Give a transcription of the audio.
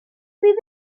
fydd